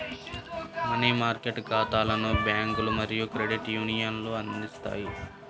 money market ఖాతాలను బ్యాంకులు మరియు క్రెడిట్ యూనియన్లు అందిస్తాయి